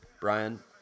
Brian